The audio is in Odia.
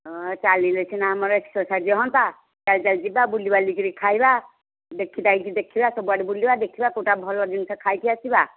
ହଁ ଚାଲିଲେ ସିନା ଆମର ଏକ୍ସସର୍ସାଇଜ୍ ହୁଅନ୍ତା ଚାଲି ଚାଲି ଯିବା ବୁଲି ବାଲି କରି ଖାଇବା ଦେଖି ଦାଖି କରି ଦେଖିବା ସବୁଆଡ଼େ ବୁଲିବା ଦେଖିବା କେଉଁଟା ଭଲ ଜିନିଷ ଖାଇକି ଆସିବା